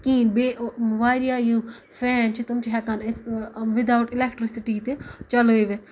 کِہینۍ بیٚیہِ واریاہ یِم فین چھِ تِم چھِ ہیٚکان أسۍ وِداَوُٹ اِلیٚکٹرسٹی تہِ چلٲوِتھ